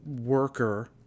worker